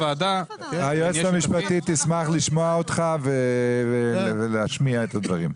היועצת המשפטית תשמח לשמוע אותך ולהשמיע את הדברים.